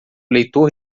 leitor